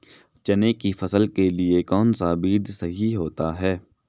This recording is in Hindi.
चने की फसल के लिए कौनसा बीज सही होता है?